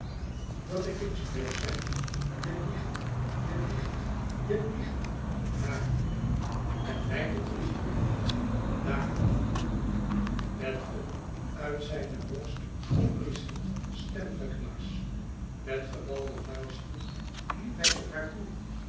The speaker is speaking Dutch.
dat ik het je durf zeggen je liegt je liegt je liegt om haar en mij bedrieg je daar met een uit zijne borst opbrieschend stemgeknars met gebalde vuisten liep hij op haar toe